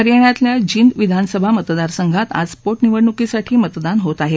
हरियाणातल्या जिंद विधानसभा मतदारसंघात आज पो निवडणुकीसाठी मतदान होत आहे